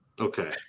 Okay